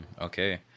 Okay